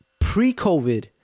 pre-COVID